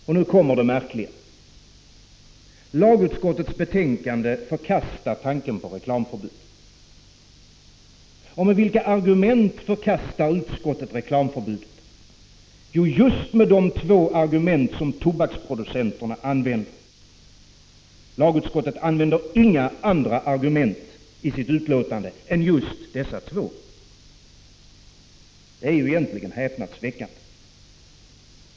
Och nu kommer det märkliga: lagutskottet förkastar tanken på reklamförbud. Och med vilka argument förkastar utskottet reklamförbudet? Jo, just med de två argument som tobaksproducenterna använder. Lagutskottet använder inga andra argument i sitt utlåtande än just dessa två. Det är ju egentligen häpnadsväckande.